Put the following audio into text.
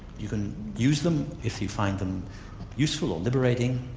you can use them if you find them useful or liberating.